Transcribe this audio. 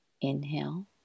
Inhale